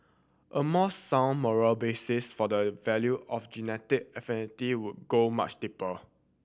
a more sound moral basis for the value of genetic affinity would go much deeper